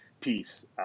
piece